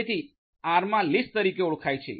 તેથી આ આરમાં લિસ્ટ તરીકે ઓળખાય છે